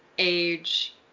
age